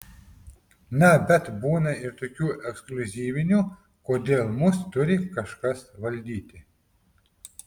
na bet būna ir tokių ekskliuzyvinių kodėl mus turi kažkas valdyti